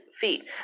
feet